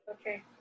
Okay